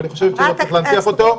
אבל היא חושבת שלא צריך להנציח אותו.